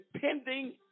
pending